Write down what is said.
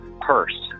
purse